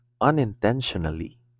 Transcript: unintentionally